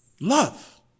Love